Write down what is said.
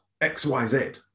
xyz